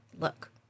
look